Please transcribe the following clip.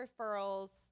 referrals